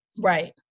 right